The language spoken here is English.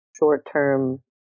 short-term